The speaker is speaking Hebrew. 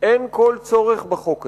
אין כל צורך בחוק הזה,